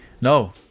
No